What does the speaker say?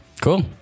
cool